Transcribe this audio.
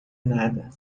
nada